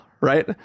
right